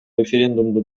референдумду